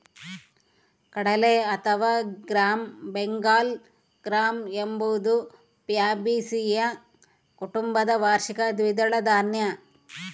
ಕಡಲೆ ಅಥವಾ gram Bengal gram ಎಂಬುದು ಫ್ಯಾಬಾಸಿಯ ಕುಟುಂಬದ ವಾರ್ಷಿಕ ದ್ವಿದಳ ಧಾನ್ಯ